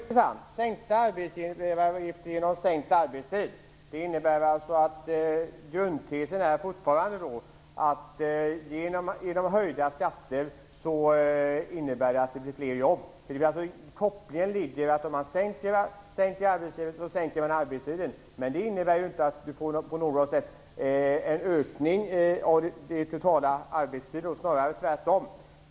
Fru talman! Sänkta arbetsgivaravgifter genom sänkt arbetstid. Det innebär att grundtesen fortfarande är att höjda skatter ger fler jobb. Kopplingen ligger alltså i att om man sänker arbetsgivaravgiften sänker man arbetstiden. Men det innebär inte att man på något sätt får en ökning av den totala arbetstiden, snarare tvärtom.